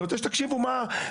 אני רוצה שתקשיבו מהי המציאות,